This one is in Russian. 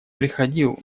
приходил